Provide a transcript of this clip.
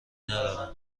ندارم